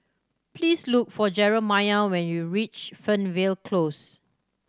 please look for Jeramiah when you reach Fernvale Close